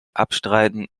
abstreiten